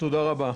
תודה רבה.